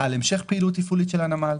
על המשך פעילות תפעולית של הנמל,